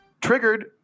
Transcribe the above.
triggered